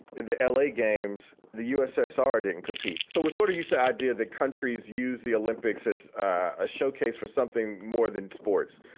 the l a. games. the ussr didn't compete so we're sort of used the idea that countries use the olympics as a showcase for something more than sports.